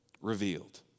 revealed